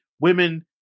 Women